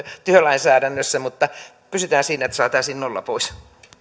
työlainsäädännössä mutta pysytään siinä että saataisiin nolla pois